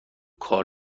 کار